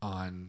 on